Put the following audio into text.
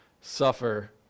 suffer